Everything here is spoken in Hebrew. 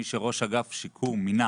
מי שראש אגף שיקום מינה